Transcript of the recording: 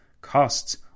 costs